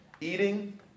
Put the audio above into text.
eating